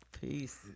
Peace